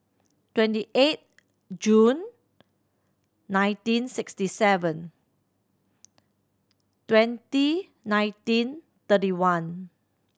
twenty eight June nineteen sixty seven twenty nineteen thirty one